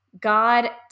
God